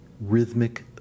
rhythmic